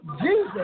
Jesus